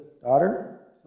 daughter